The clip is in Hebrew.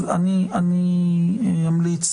אני אמליץ.